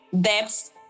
debts